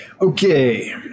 Okay